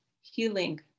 healing